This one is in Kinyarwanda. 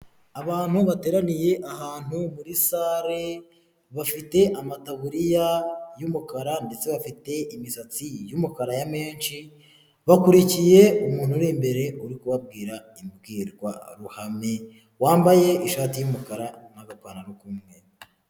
Abantu bateraniye ahantu muri sale bafite amataburiya y'umukara ndetse bafite imisatsi y'umukaraya menshi, bakurikiye umuntu uri imbere uri kubabwira imbwirwaruhame wambaye ishati y'umukara n'agapantaro k'umweru.